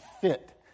fit